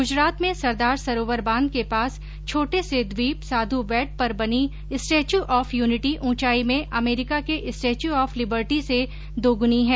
गुजरात में सरदार सरोवर बांध के पास छोटे से ट्वीप साधु बेट पर बनी स्टेच्यू ऑफ यूनिटी ऊंचाई में अमरीका के स्टेच्यू ऑफ लिबर्टी से दोगुनी है